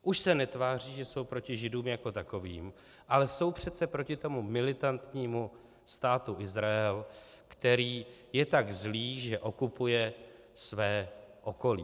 Už se netváří, že jsou proti Židům jako takovým, ale jsou přece tomu militantnímu Státu Izrael, který je tak zlý, že okupuje své okolí.